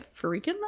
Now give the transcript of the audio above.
freaking